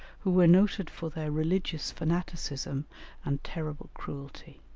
who were noted for their religious fanaticism and terrible cruelty.